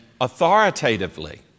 authoritatively